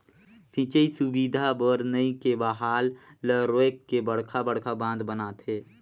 सिंचई सुबिधा बर नही के बहाल ल रोयक के बड़खा बड़खा बांध बनाथे